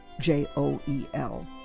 J-O-E-L